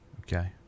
Okay